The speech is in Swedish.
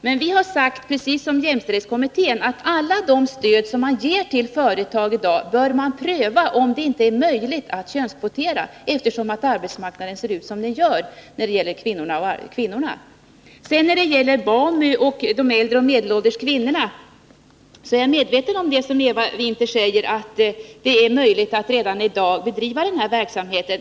Men vi har sagt, precis som jämställdhetskommittén, att man när det gäller alla stöd som ges till företag bör pröva om det inte är möjligt med könskvotering, eftersom arbetsmarknaden för kvinnorna ser ut som den gör. I fråga om BAMU och de äldre och medelålders kvinnorna är jag medveten om att det, som Eva Winther säger, är möjligt att redan i dag tillgodose detta krav.